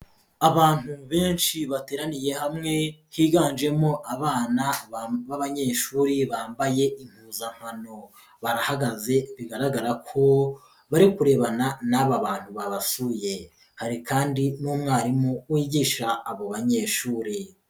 Abantu benshi bateraniye hamwe, higanjemo abana b'abanyeshuri bambaye impuzankano, barahagaze bigaragara ko bari kurebana n'aba bantu babasuye, hari kandi n'umwarimu wigisha abo banyeshuri.